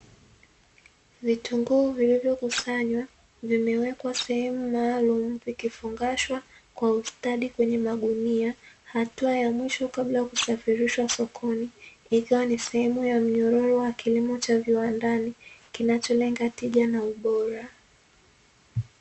Vitunguu vilivyokusanywa vimewekwa sehemu maalumu vikifungashwa kwa ustadi kwenye magunia, hatua ya mwisho kabla ya kusafirishwa sokoni ikiwa ni sehemu ya mnyororo wa kilimo cha viwandani, kinacholenga tija na ubora.